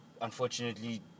unfortunately